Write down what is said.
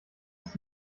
ist